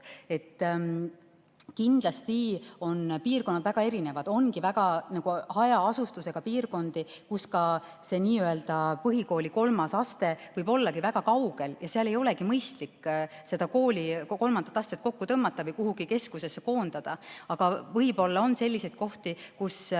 Kindlasti on piirkonnad väga erinevad. On hajaasustusega piirkondi, kus ka see n‑ö põhikooli kolmas aste võib ollagi väga kaugel. Seal ei olegi mõistlik seda kooli kolmandat astet kokku tõmmata või kuhugi keskusesse koondada. Aga võib-olla on selliseid kohti, kus